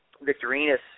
Victorinus